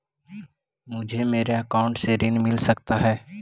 मुझे मेरे अकाउंट से ऋण मिल सकता है?